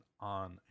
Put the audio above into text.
on